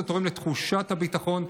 זה תורם לתחושת הביטחון,